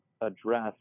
address